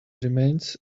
remains